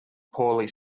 poorly